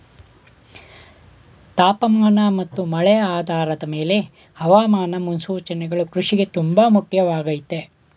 ತಾಪಮಾನ ಮತ್ತು ಮಳೆ ಆಧಾರದ್ ಮೇಲೆ ಹವಾಮಾನ ಮುನ್ಸೂಚನೆಗಳು ಕೃಷಿಗೆ ತುಂಬ ಮುಖ್ಯವಾಗಯ್ತೆ